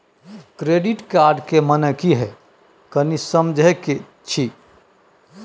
Credit card के माने की हैं, कनी समझे कि छि?